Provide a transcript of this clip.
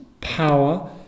power